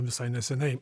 visai neseniai